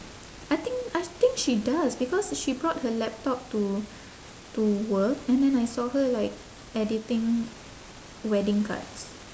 I think I think she does because she brought her laptop to to work and then I saw her like editing wedding cards